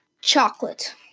Chocolate